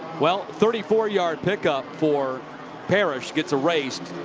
well, thirty four yard pickup for parish gets erased.